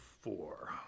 four